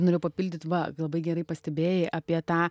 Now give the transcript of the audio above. norėjau papildyt va labai gerai pastebėjai apie tą